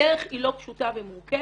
הדרך היא לא פשוטה ומורכבת.